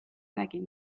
nägin